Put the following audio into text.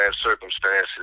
circumstances